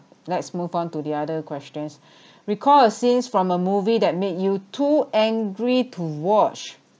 let's move on to the other questions recall a scenes from a movie that make you too angry to watch